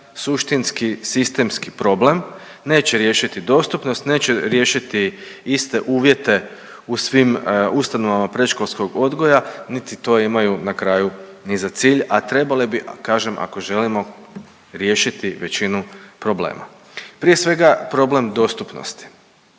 suštinski, sistemski problem, neće riješiti dostupnost, neće riješiti iste uvjete u svim ustanovama predškolskog odgoja, niti to imaju na kraju ni za cilj, a trebale bi, a kažem, ako želimo riješiti većinu problema. Prije svega problem dostupnosti.